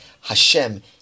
Hashem